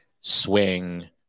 swing